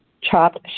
chopped